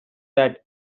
that